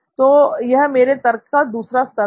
तो यह मेरे तर्क का दूसरा स्तर था